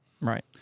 Right